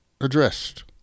addressed